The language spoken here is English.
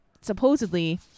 supposedly